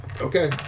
Okay